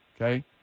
Okay